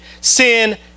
sin